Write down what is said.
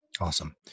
Awesome